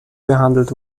behandelt